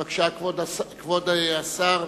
בבקשה, כבוד השר.